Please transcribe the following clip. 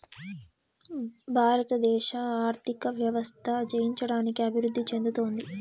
భారతదేశ ఆర్థిక వ్యవస్థ జయించడానికి అభివృద్ధి చెందుతోంది